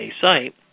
site